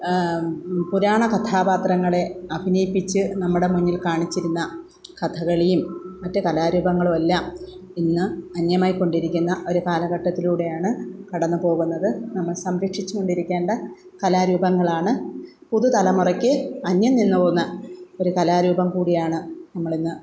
പുരാണകഥാപാത്രങ്ങളെ അഭിനയിപ്പിച്ച് നമ്മുടെ മുന്നിൽ കാണിച്ചിരുന്ന കഥകളിയും മറ്റ് കലാരൂപങ്ങളുമെല്ലാം ഇന്ന് അന്യമായിക്കൊണ്ടിരിക്കുന്ന ഒരു കാലഘട്ടത്തിലൂടെയാണ് കടന്നുപോകുന്നത് നമ്മൾ സംരക്ഷിച്ചുകൊണ്ടിരിക്കേണ്ട കലാരൂപങ്ങളാണ് പുതുതലമുറക്ക് അന്യംനിന്ന് പോകുന്ന ഒരു കലാരൂപംകൂടിയാണ് നമ്മളിന്ന്